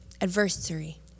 Adversary